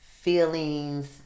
feelings